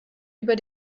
über